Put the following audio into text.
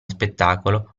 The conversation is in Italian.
spettacolo